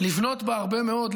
לבנות בה הרבה מאוד,